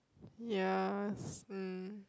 ya s~ mm